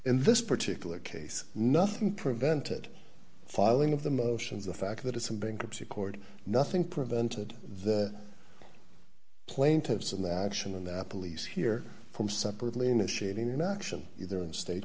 in this particular case nothing prevented filing of the motions the fact that it's in bankruptcy court nothing prevented the plaintiffs in that action and that police hear from separately initiating an action either in state